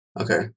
Okay